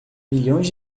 milhões